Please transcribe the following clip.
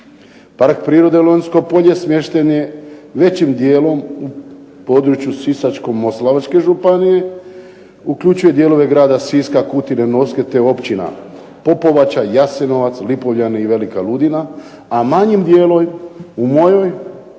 Park prirode Lonjsko polje smješten je većim dijelom u području Sisačko-moslavačke županije, uključuje dijelove grada Siska, Kutine, Novske te općina Popovača, Jasenovac, Lipovljani i Velika ludina, a manjim dijelom u mojoj